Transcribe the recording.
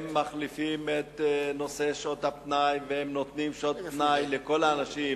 הם מחליפים את נושא שעות הפנאי והם נותנים שעות פנאי לכל האנשים